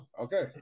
Okay